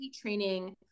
training